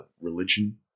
religion